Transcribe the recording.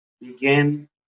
Begin